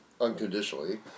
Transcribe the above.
unconditionally